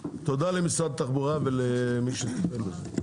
תודה למשרד התחבורה ולמי שטיפל בזה.